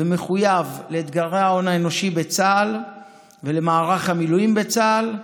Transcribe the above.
ומחויב לאתגרי ההון האנושי בצה"ל ולמערך המילואים בצה"ל,